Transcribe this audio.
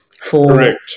Correct